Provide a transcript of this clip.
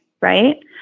right